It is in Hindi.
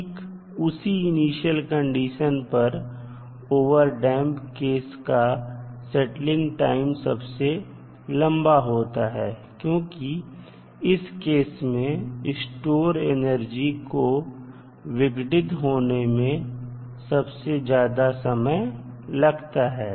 ठीक उसी इनिशियल कंडीशन पर ओवरटडैंप केस का सेटलिंग टाइम सबसे लंबा होता है क्योंकि इस केस में स्टोर एनर्जी को विघटित होने में सबसे ज्यादा समय लगता है